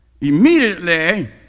immediately